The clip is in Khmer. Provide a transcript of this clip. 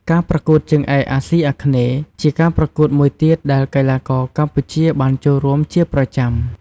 ការប្រកួតជើងឯកអាស៊ីអាគ្នេយ៍ ជាការប្រកួតមួយទៀតដែលកីឡាករកម្ពុជាបានចូលរួមជាប្រចាំ។